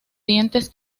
dientes